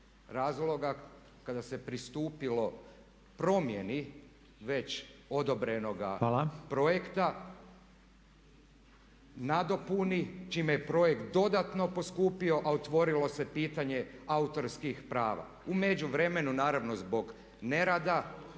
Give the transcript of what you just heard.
razloga, kada se pristupilo promjeni već odobrenoga projekta nadopuni čime je projekt dodatno poskupio a otvorilo se pitanje autorskih prava. U međuvremenu naravno zbog nerada